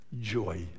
joy